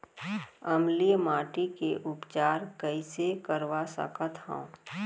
अम्लीय माटी के उपचार कइसे करवा सकत हव?